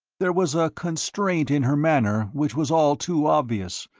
there was a constraint in her manner which was all too obvious,